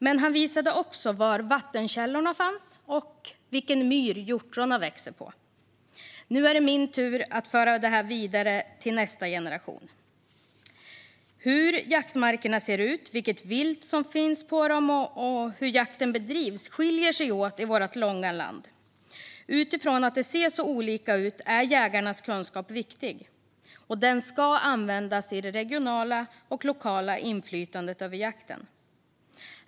Men han visade också var vattenkällorna finns och vilken myr hjortronen växer på. Nu är det min tur att föra denna kunskap vidare till nästa generation. Hur jaktmarkerna ser ut, vilket vilt som finns på dem och hur jakten bedrivs skiljer sig åt i vårt långa land. Utifrån att det ser olika ut är jägarnas kunskap viktig, och den ska användas i det regionala och lokala inflytandet över jakten.